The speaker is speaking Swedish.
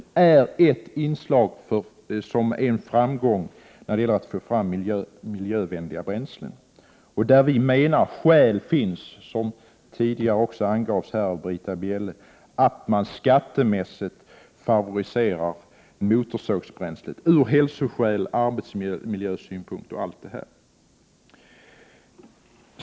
Denna forskning är ett inslag av framgång för att få fram miljövänliga bränslen. Vi menar att det finns skäl, som tidigare har angetts av Britta Bjelle, för att skattemässigt favorisera motorsågsbränslet ur hälsooch miljösynpunkt.